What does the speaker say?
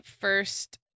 first